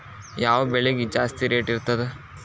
ಯಾವ ಬೆಳಿಗೆ ಜಾಸ್ತಿ ರೇಟ್ ಇರ್ತದ?